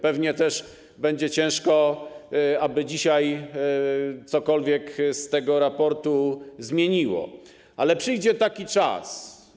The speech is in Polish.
Pewnie też będzie ciężko, aby dzisiaj cokolwiek z tego raportu zmienić, ale przyjdzie na to czas.